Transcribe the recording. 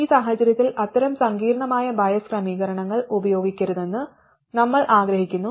ഈ സാഹചര്യത്തിൽ അത്തരം സങ്കീർണ്ണമായ ബയസ് ക്രമീകരണങ്ങൾ ഉപയോഗിക്കരുതെന്ന് നമ്മൾ ആഗ്രഹിക്കുന്നു